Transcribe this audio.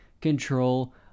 control